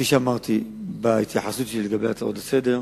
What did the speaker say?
כפי שאמרתי בהתייחסות שלי להצעות לסדר-היום,